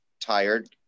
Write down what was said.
tired